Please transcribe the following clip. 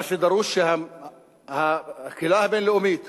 מה שדרוש, שהקהילה הבין-לאומית